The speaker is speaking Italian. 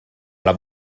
alla